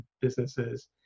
businesses